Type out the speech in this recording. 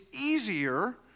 easier